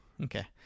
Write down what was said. Okay